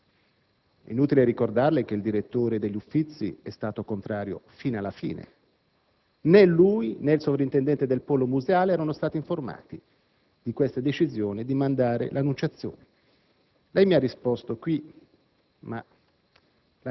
inutile ricordarle che il direttore degli Uffizi è stato contrario fino alla fine; né lui né il sovrintendente del polo museale erano stati informati di questa decisione di trasferire l'«Annunciazione». Lei mi ha risposto qui, ma